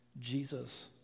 Jesus